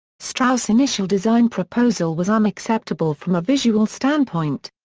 strauss' initial design proposal was unacceptable from a visual standpoint.